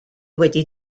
wedi